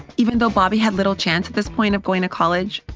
even though bobby had little chance at this point of going to college,